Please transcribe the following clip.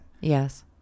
Yes